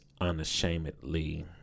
unashamedly